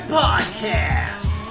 podcast